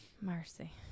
Mercy